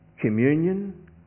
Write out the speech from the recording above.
communion